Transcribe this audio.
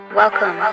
welcome